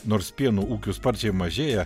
nors pienų ūkių sparčiai mažėja